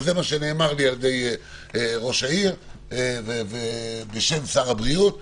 אבל זה מה שנאמר לי על-ידי ראש העיר בשם שר הבריאות.